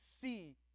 see